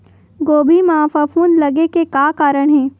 गोभी म फफूंद लगे के का कारण हे?